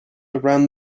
around